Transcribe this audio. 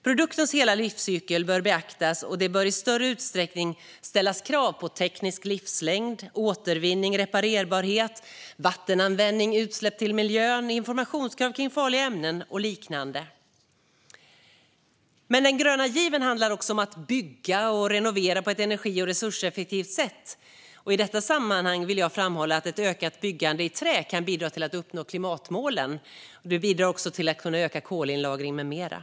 Produktens hela livscykel bör beaktas, och det bör i större utsträckning ställas krav när det gäller teknisk livslängd, återvinning, reparerbarhet, vattenanvändning, utsläpp i miljön, information kring farliga ämnen och liknande. Men den gröna given handlar också om att bygga och renovera på ett energi och resurseffektivt sätt. I detta sammanhang vill jag framhålla att ett ökat byggande i trä kan bidra till att man uppnår klimatmålen. Det bidrar också till ökad kolinlagring med mera.